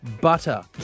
butter